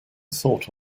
thought